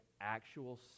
actual